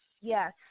Yes